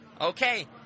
Okay